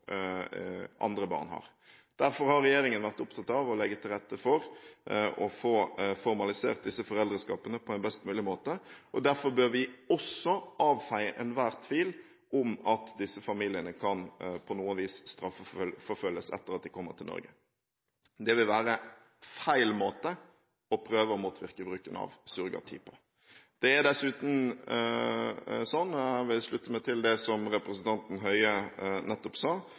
andre barn har. Derfor har regjeringen vært opptatt av å legge til rette for å få formalisert disse foreldreskapene på en best mulig måte. Derfor bør vi også avfeie enhver tvil om at disse familiene på noe vis kan straffeforfølges etter at de kommer til Norge. Det ville være feil måte å prøve å motvirke bruken av surrogati på. Det er dessuten slik – og jeg vil slutte meg til det som representanten Høie nettopp sa